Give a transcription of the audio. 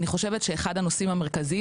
אני חושבת שאחד הנושאים המרכזיים,